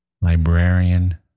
librarian